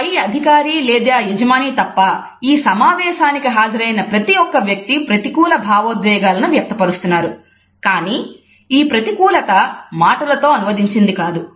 పై అధికారి లేదా యజమాని తప్ప ఈ సమావేశానికి హాజరైన ప్రతి ఒక్క వ్యక్తి ప్రతికూల భావోద్వేగాలను వ్యక్తపరుస్తున్నారు కానీ ఈ ప్రతికూలత మాటలతో అనువదించినది కాదు